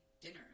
dinner